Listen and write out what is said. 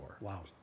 Wow